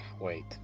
Wait